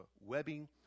webbing